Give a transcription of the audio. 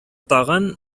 тагын